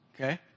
Okay